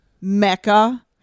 Mecca